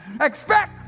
expect